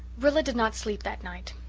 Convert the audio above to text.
rilla did not sleep that night.